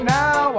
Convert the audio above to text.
now